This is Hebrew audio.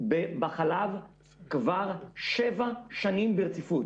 בחלב כבר שבע שנים ברציפות,